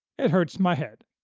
it hurts my head.